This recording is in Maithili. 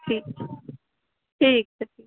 ठीक छै ठीक छै ठीक